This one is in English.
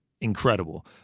incredible